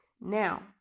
Now